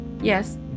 Yes